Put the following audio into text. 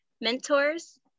mentors